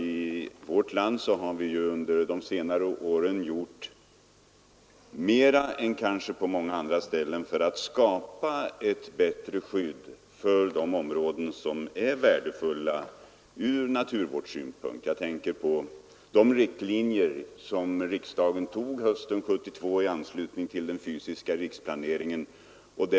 I vårt land har vi under de senare åren också gjort åtskilligt för att skapa ett bättre skydd för områden som är värdefulla ur naturvårdssynpunkt. Jag tänker bl.a. på de riktlinjer riksdagen tog hösten 1972 i anslutning till den fysiska riksplaneringen.